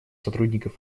сотрудников